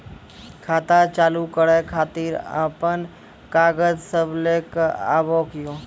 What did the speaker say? खाता चालू करै खातिर आपन कागज सब लै कऽ आबयोक?